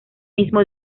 mismo